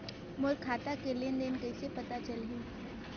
मोर खाता के लेन देन कइसे पता चलही?